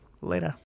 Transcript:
Later